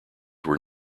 were